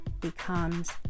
becomes